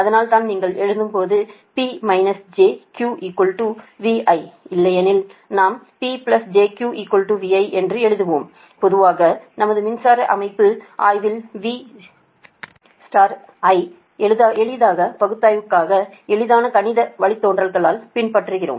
அதனால்தான் நீங்கள் எழுதும்போது P j Q V I இல்லையெனில் நாம் P j Q VI என்று எழுதுகிறோம் பொதுவாக நமது மின்சாரம் அமைப்பு ஆய்வுகளில் V I ஐ எளிதாக பகுப்பாய்வுகாக எளிதான கணித வழித்தோன்றல்களாக பின்பற்றுகிறோம்